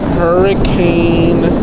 hurricane